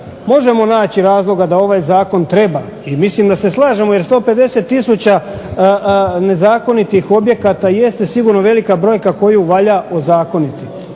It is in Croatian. možemo naći razlog da ovaj zakon treba i mislim da se slažemo jer 150 tisuća nezakonitih objekata jeste sigurno velika brojka koju valja ozakoniti,